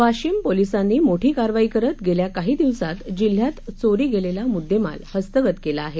वाशिम पोलिसांनी मोठी कारवाई करत गेल्या काही दिवसांत जिल्ह्यात चोरी गेलेला मुद्देमाल हस्तगत केला आहे